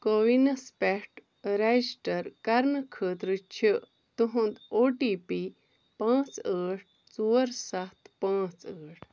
کووِنَس پٮ۪ٹھ رجسٹر کرنہٕ خٲطرٕ چھُ تُہنٛد او ٹی پی پانٛژھ ٲٹھ ژور ستھ پانٛژھ ٲ